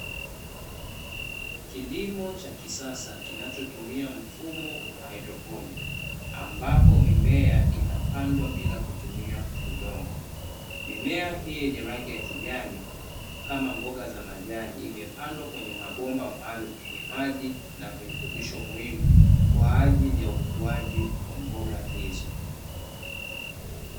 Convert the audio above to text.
Kilimo cha kisasa kinacho tumia mfumo wa haidroponi ambapo mimea inapandwa bila kutumia udongo, mimea hii yenye rangi ya kijani kama mboga za majani imepandwa kwenye mabomba maalumu yenye maji na virutubisho muhimu, kwa ajili ya ukuaji wa mboga hizo.